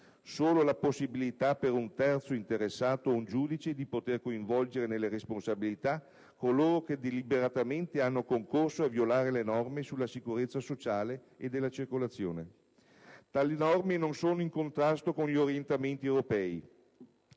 solo la possibilità per un terzo interessato o un giudice di poter coinvolgere nelle responsabilità coloro che deliberatamente hanno concorso a violare le norme sulla sicurezza sociale e della circolazione. Tali norme non sono in contrasto con gli orientamenti europei